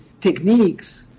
techniques